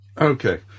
Okay